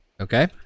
okay